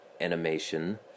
animation